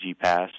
Pass